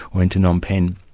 or into phnom penh.